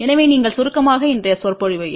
எனவே நீங்கள் சுருக்கமாக இன்றைய சொற்பொழிவு